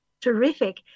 Terrific